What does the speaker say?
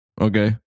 Okay